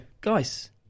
guys